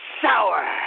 sour